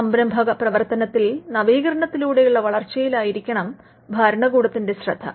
സംരഭകപ്രവർത്തനത്തിൽ നവീകരണത്തിലൂടെയുള്ള വളർച്ചയിലായിരിക്കണം ഭരണകൂടത്തിന്റെ ശ്രദ്ധ